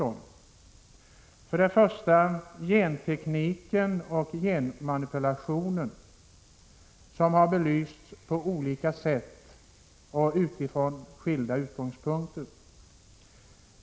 Det gäller för det första genteknik och genmanipulation, som har belysts på olika sätt och från skilda utgångspunkter.